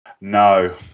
No